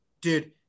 dude